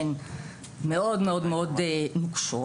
והן מאוד-מאוד נוקשות.